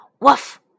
Woof